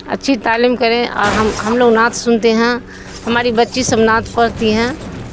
اچھی تعلیم کریں اور ہم ہم لوگ نعت سنتے ہیں ہماری بچی سب نعت پڑھتی ہیں